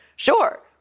Sure